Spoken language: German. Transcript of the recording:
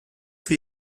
für